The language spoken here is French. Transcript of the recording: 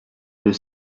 deux